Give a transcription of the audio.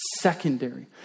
secondary